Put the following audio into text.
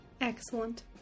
Excellent